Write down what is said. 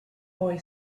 boy